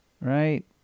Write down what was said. right